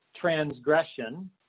transgression